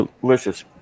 delicious